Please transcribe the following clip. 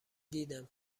دیدم